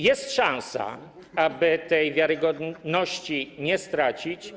Jest szansa, aby tej wiarygodności nie stracić.